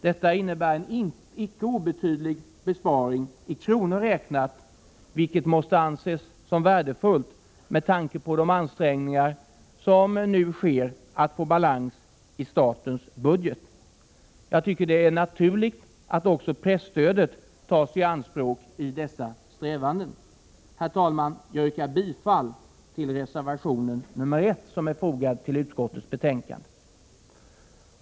Detta innebär en icke obetydlig besparing i kronor räknat, vilket måste anses värdefullt med tanke på de ansträngningar som nu görs för att få balans i statens budget. Jag tycker det är naturligt att också presstödet tas i anspråk i dessa strävanden. Herr talman! Jag yrkar bifall till reservation 1, som är fogad till utskottets betänkande. Herr talman!